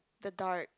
the dark